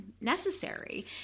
necessary